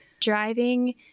driving